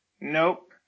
nope